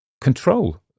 control